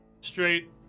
straight